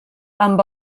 amb